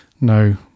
No